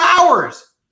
hours